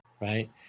right